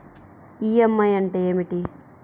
EMI అంటే ఏమిటి?